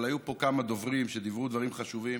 אבל היו פה כמה דוברים שאמרו דברים חשובים.